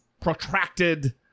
protracted